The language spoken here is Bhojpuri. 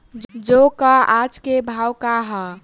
जौ क आज के भाव का ह?